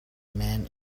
man